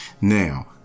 Now